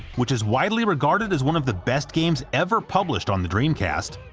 which is widely regarded as one of the best games ever published on the dreamcast,